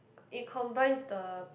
it combines the